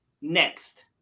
next